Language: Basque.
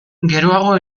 geroago